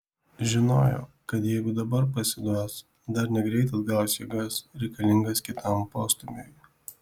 žinojo kad jeigu dabar pasiduos dar negreit atgaus jėgas reikalingas kitam postūmiui